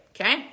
okay